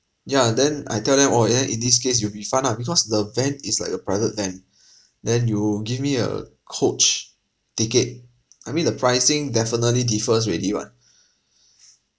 ya then I tell them oh ya in this case you refund ah because the van is like a private van then you give me a coach ticket I mean the pricing definitely differs already what